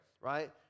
right